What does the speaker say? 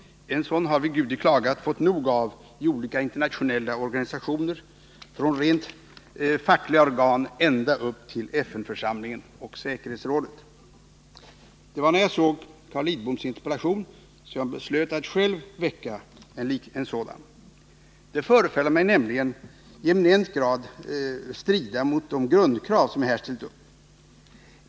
Sådant har vi Gudi klagat fått nog av i olika internationella organisationer, från rent fackliga organ och ända upp till FN-församlingen och säkerhetsrådet. När jag såg Carl Lidboms interpellation beslöt jag att själv väcka en sådan. Innehållet i hans interpellation föreföll mig nämligen i eminent grad strida mot de grundkrav som jag här formulerat.